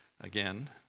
again